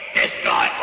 destroy